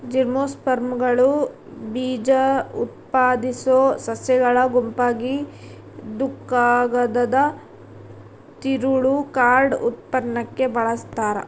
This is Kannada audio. ಜಿಮ್ನೋಸ್ಪರ್ಮ್ಗಳು ಬೀಜಉತ್ಪಾದಿಸೋ ಸಸ್ಯಗಳ ಗುಂಪಾಗಿದ್ದುಕಾಗದದ ತಿರುಳು ಕಾರ್ಡ್ ಉತ್ಪನ್ನಕ್ಕೆ ಬಳಸ್ತಾರ